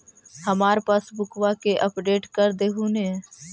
हमार पासबुकवा के अपडेट कर देहु ने?